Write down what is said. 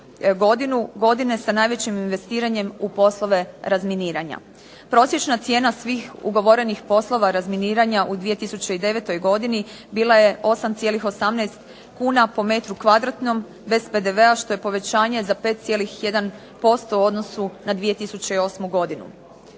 godine sa najvećim investiranjem u poslove razminiranja. Prosječna cijena svih ugovorenih poslova razminiranja u 2009. godini bila je 8,18 kuna po metru kvadratnom bez PDV-a što je povećanje za 5,1% u odnosu na 2008. godinu.